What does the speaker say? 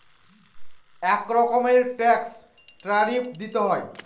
এক রকমের ট্যাক্সে ট্যারিফ দিতে হয়